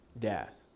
death